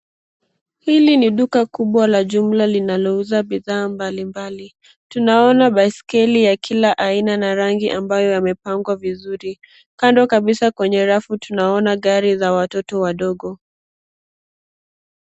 Hili ni duka kubwa la jumla linalouza bidhaa mbalimbali. Tunaona baiskeli ya kila aina na rangi ambayo yamepangwa vizuri. Kando kabisa kwenye rafu tunaona gari za watoto wadogo.